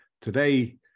Today